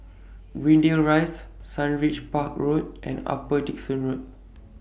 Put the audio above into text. Greendale Rise Sundridge Park Road and Upper Dickson Road